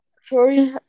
sorry